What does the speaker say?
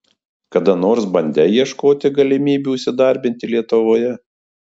kada nors bandei ieškoti galimybių įsidarbinti lietuvoje